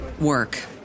work